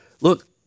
Look